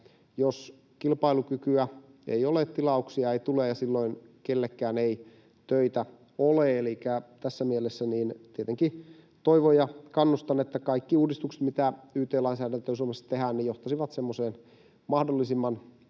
jos kilpailukykyä ei ole, tilauk-sia ei tule ja silloin kellekään ei töitä ole. Elikkä tässä mielessä tietenkin toivon ja kannustan, että kaikki uudistukset, mitä yt-lainsäädäntöön Suomessa tehdään, johtaisivat semmoiseen